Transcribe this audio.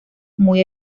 muy